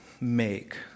make